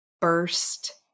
burst